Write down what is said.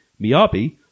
Miyabi